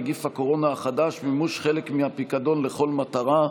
נגיף הקורונה החדש) (מימוש חלק מהפיקדון לכל מטרה),